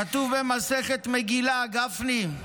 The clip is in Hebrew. כתוב במסכת מגילה, גפני.